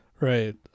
Right